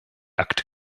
akte